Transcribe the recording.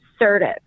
Assertive